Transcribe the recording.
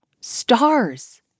Stars